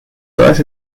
todas